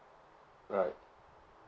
right